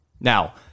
Now